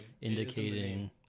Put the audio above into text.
indicating